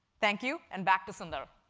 thank you, and back to sundar.